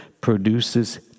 produces